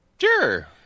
Sure